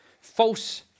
false